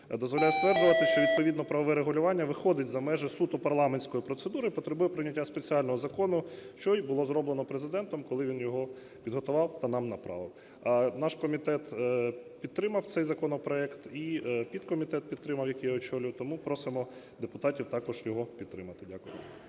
дозволяє стверджувати, що відповідно правове регулювання виходить за межі суто парламентської процедури і потребує прийняття спеціального закону, що і було зроблено Президентом, коли він його підготував та нам направив. Наш комітет підтримав цей законопроект і підкомітет підтримав, який я очолюю, тому просимо депутатів також його підтримати. Дякую.